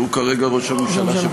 שהוא כרגע ראש הממשלה,